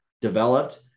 developed